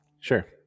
Sure